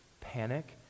panic